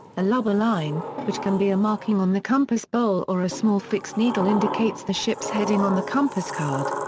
a lubber line, which can be a marking on the compass bowl or a small fixed needle indicates the ship's heading on the compass card.